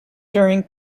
during